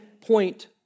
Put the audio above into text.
point